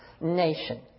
nation